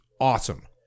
awesome